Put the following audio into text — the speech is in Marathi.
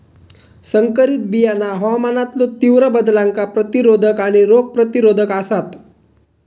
संकरित बियाणा हवामानातलो तीव्र बदलांका प्रतिरोधक आणि रोग प्रतिरोधक आसात